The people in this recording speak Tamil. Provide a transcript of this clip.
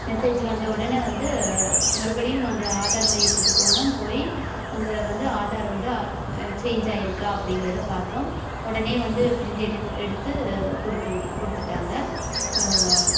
மெசேஜ் வந்த உடனே வந்து மறுபடியும் அந்த ஆதார் மையத்துக்கு போனோம் போய் அங்க வந்து ஆதார் வந்து சேஞ்ச் ஆகியிருக்கா அப்படிங்கிறத பார்த்தோம் உடனே வந்து ப்ரிண்ட் எடுத்து கொடுத்து கொடுத்துட்டாங்க